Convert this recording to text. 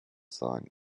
sein